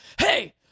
Hey